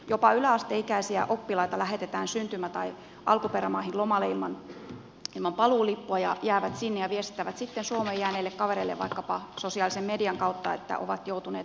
jopa yläasteikäisiä oppilaita lähetetään syntymä tai alkuperämaahan lomalle ilman paluulippua ja he jäävät sinne ja viestittävät sitten suomeen jääneille kavereille vaikkapa sosiaalisen median kautta että ovat joutuneet avioliittoon